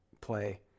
play